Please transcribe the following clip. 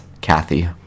Kathy